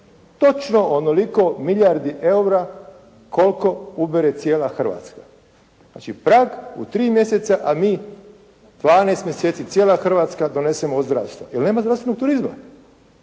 točno onoliko milijardi eura koliko ubere cijela Hrvatska. Znači Prag u tri mjeseca, a mi 12 mjeseci, cijela Hrvatska donesemo od zdravstva. Jer nema zdravstvenog turizma.